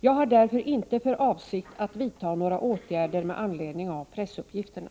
Jag har därför inte för avsikt att vidta några åtgärder med anledning av pressuppgifterna.